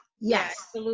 yes